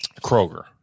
Kroger